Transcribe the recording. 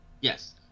Yes